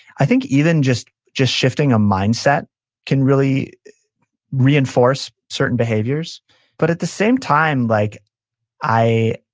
i think even just just shifting a mindset can really reinforce certain behaviors but at the same time, like i